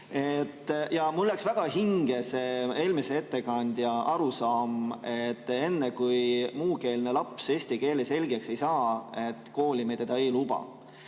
Ja mulle läks väga hinge see eelmise ettekandja arusaam, et enne kui muukeelne laps eesti keelt selgeks ei saa, kooli me teda ei luba.